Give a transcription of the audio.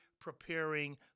preparing